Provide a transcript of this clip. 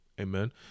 Amen